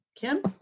Kim